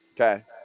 okay